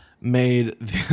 made